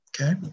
Okay